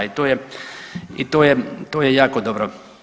I to je jako dobro.